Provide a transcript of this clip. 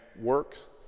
works